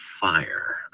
fire